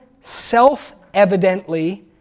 self-evidently